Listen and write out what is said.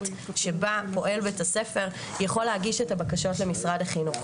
שבה פועל בית הספר יכול להגיש את הבקשות למשרד החינוך.